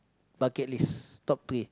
bucket list top three